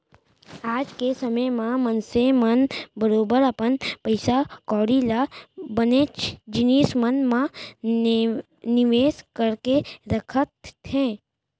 आज के समे म मनसे मन बरोबर अपन पइसा कौड़ी ल बनेच जिनिस मन म निवेस करके रखत हें